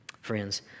Friends